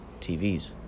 TVs